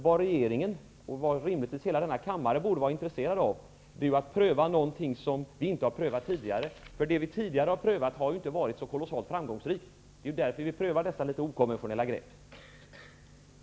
Vad regeringen och rimligtvis hela denna kammare borde vara intresserade av är att pröva något som vi inte har prövat tidigare. Det vi tidigare har prövat har ju inte varit så kolossalt framgångsrikt. Det är därför vi prövar dessa litet okonventionella grepp.